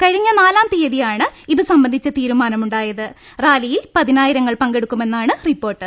കഴിഞ്ഞ നാലാം തിയ്യതിയാണ് ഇതുസംബന്ധിച്ച തീരുമാനുമുണ്ടായത് റാലിയിൽ പതിനായിരങ്ങൾ പങ്കെടുക്കുമെന്നാണ് റിപ്പോർട്ട്